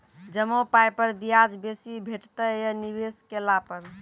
जमा पाय पर ब्याज बेसी भेटतै या निवेश केला पर?